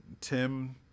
tim